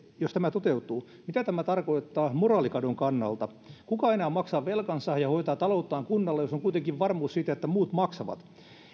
jos tämä toteutuu mitä tämä tarkoittaa moraalikadon kannalta kuka enää maksaa velkansa ja hoitaa talouttaan kunnolla jos on kuitenkin varmuus siitä että muut maksavat